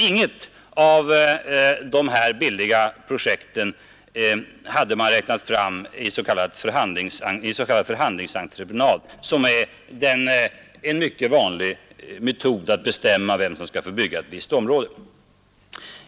Inget av de här billiga projekten hade man räknat fram i en s.k. förhandlingsentreprenad, som är en mycket vanlig metod att bestämma vem som skall få bygga ett visst område.